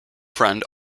friend